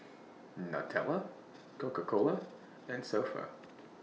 Nutella Coca Cola and So Pho